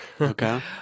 Okay